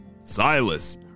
Silas